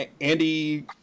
andy